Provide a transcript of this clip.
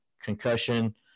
concussion